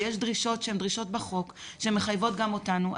ויש דרישות שהן דרישות בחוק שמחייבות גם אותנו,